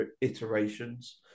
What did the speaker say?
iterations